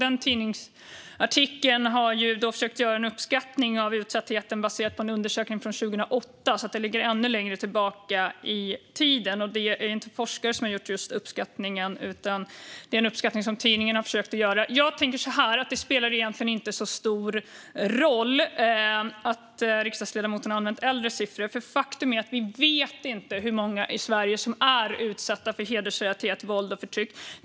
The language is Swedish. I tidningsartikeln har man försökt att göra en uppskattning av utsattheten baserat på en undersökning från 2008, så det ligger ännu längre tillbaka i tiden. Det är inte forskare som har gjort uppskattningen, utan det är en uppskattning som tidningen har försökt att göra. Jag tänker att det egentligen inte spelar så stor roll att riksdagsledamoten har använt äldre siffror. Faktum är att vi inte vet hur många som är utsatta för hedersrelaterat våld och förtryck i Sverige.